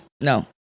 no